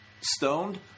stoned